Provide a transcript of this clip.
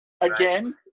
Again